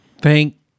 Thank